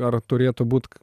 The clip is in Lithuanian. ar turėtų būt